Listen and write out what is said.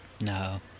No